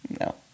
No